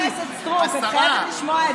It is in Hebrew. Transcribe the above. חברת הכנסת סטרוק, את חייבת לשמוע את זה.